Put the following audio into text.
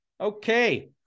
Okay